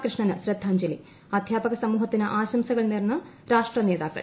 കൃഷ്ണന് ശ്രദ്ധാഞ്ജലി അധ്യാപക സമൂഹത്തിന് ആശംസകൾ നേർന്ന് രാഷ്ട്രനേതാക്കൾ